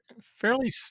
fairly